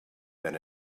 that